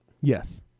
Yes